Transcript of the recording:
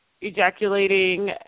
ejaculating